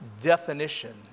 definition